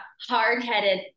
hard-headed